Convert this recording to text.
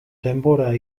denbora